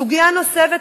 סוגיה נוספת,